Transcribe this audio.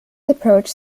approach